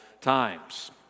times